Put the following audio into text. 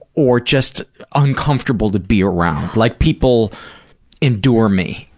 or just uncomfortable to be around, like people endure me.